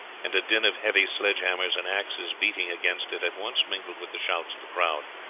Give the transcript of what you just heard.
and a din of heavy sledge-hammers and axes beating against it at once mingled with the shouts of the crowd.